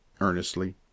earnestly